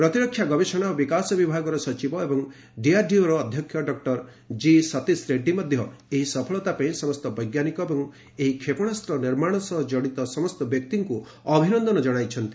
ପ୍ରତିରକ୍ଷା ଗବେଷଣା ଓ ବିକାଶ ବିଭାଗର ସଚିବ ଏବଂ ଡଆର୍ଡିଓର ଅଧ୍ୟକ୍ଷ ଡକ୍ଟର ଜିସତୀଶ ରେଡଡ୍ରୀ ମଧ୍ୟ ଏହି ସଫଳତା ପାଇଁ ସମସ୍ତ ବୈଜ୍ଞାନିକ ଏବଂ ଏହି କ୍ଷେପଣାସ୍ତ୍ର ନିର୍ମାଣ ସହ କଡିତ ସମସ୍ତ ବ୍ୟକ୍ତିଙ୍କୁ ଅଭିନନ୍ଦନ ଜଣାଇଛନ୍ତି